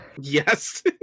Yes